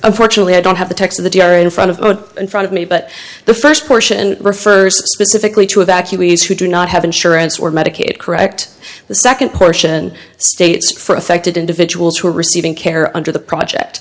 unfortunately i don't have the text of the d r in front of in front of me but the first portion refers specifically to evacuees who do not have insurance or medicaid correct the second portion states for affected individuals who are receiving care under the project